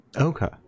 Okay